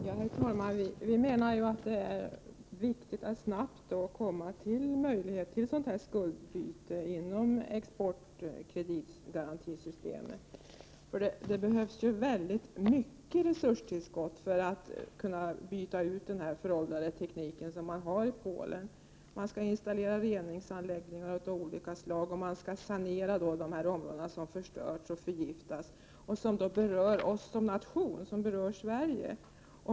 Herr talman! Vi menar att det är viktigt att snabbt komma till ett skuldbyte inom exportkreditgarantisystemet. Det behövs stora resurstillskott för att kunna byta ut den föråldrade teknik man har i Polen. Man skall installera reningsanläggningar av olika slag, och man skall sanera de områden som förstörts och förgiftats. Detta berör oss som nation, det berör Sverige.